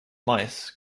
mice